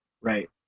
Right